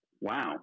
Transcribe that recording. Wow